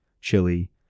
chili